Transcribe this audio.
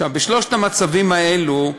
בשלושת המצבים האלה,